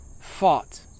fought